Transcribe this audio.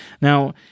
Now